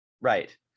Right